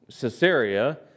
Caesarea